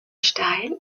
steil